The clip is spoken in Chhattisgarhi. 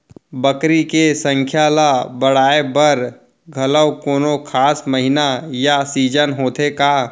बकरी के संख्या ला बढ़ाए बर घलव कोनो खास महीना या सीजन होथे का?